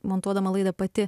montuodama laidą pati